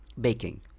baking